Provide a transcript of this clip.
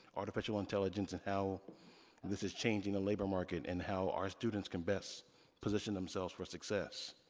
artificial intelligence, and how and this is changing the labor market, and how our students can best position themselves for success.